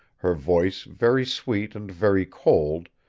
her voice very sweet and very cold,